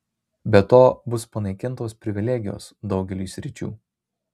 be to bus panaikintos privilegijos daugeliui sričių